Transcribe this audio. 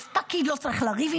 אף פקיד לא צריך לריב,